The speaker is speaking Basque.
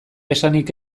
esanik